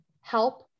help